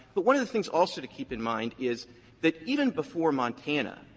but one of the things also to keep in mind is that even before montana,